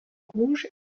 rouge